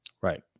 Right